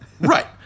Right